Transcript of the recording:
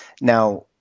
Now